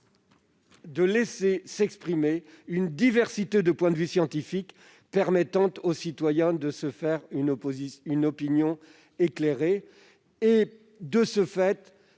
de laisser s'exprimer une diversité de points de vue scientifique, permettant aux citoyens de se faire une opinion éclairée, par le biais